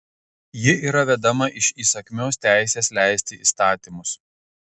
ji yra vedama iš įsakmios teisės leisti įstatymus